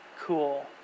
cool